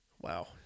Wow